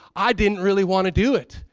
i didn't really wanna do it.